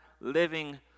living